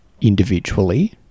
individually